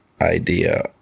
idea